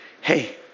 Hey